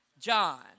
John